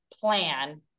plan